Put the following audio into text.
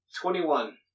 Twenty-one